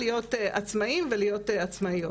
להיות עצמאים ולהיות עצמאיות.